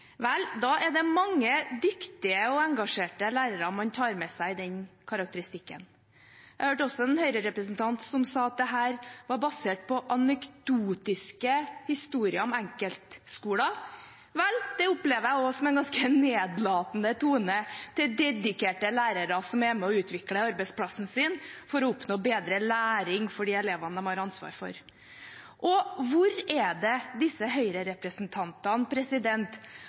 Vel, da er det mange dyktige og engasjerte lærere man tar med seg i den karakteristikken. Jeg hørte også en Høyre-representant si at dette var basert på anekdotiske historier om enkeltskoler. Det opplever jeg også som en ganske nedlatende tone overfor dedikerte lærere som er med og utvikler arbeidsplassen sin for å oppnå bedre læring for de elevene de har ansvaret for. Og hvor er det disse